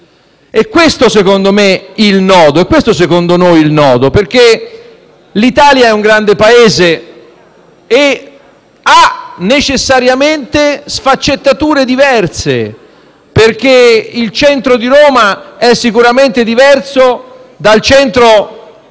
a nostro parere, perché l'Italia è un grande Paese e ha necessariamente sfaccettature diverse perché il centro di Roma è sicuramente diverso dal centro